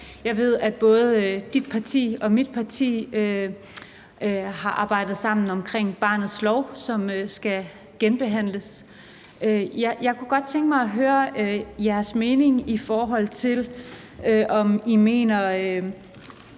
Jeg ved, at både dit parti og mit parti har arbejdet sammen omkring forslaget til barnets lov, som skal genbehandles. Jeg kunne godt tænke mig at høre jeres mening, i forhold til om I – med